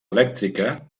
elèctrica